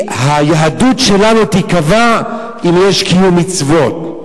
היהדות שלנו תיקבע אם יש קיום מצוות,